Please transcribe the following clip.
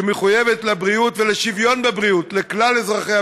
שמחויבת לבריאות ולשוויון בבריאות לכלל אזרחיה,